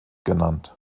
genannt